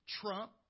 trump